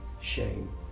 shame